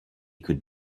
could